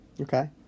Okay